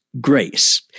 grace